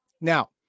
now